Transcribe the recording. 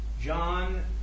John